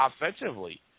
offensively